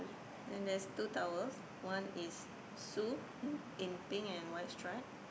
then there's two towels one is sue in pink and white stripe